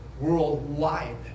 worldwide